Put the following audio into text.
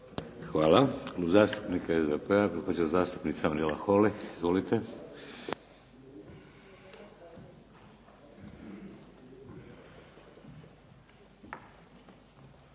Hvala. Zastupnik SDP-a, gospođa zastupnica Mirela Holy. Izvolite.